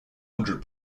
hundred